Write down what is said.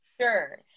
sure